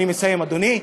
אני מסיים, אדוני.